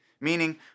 Meaning